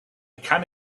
can